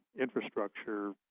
infrastructure